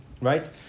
right